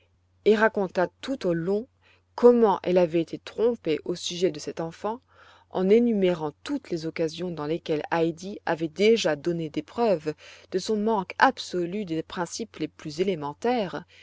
et raconta tout au long comment elle avait été trompée au sujet de cette enfant en énumérant toutes les occasions dans lesquelles heidi avait déjà donné des preuves de son manque absolu des principes les plus élémentaires